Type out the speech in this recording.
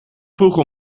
vroegen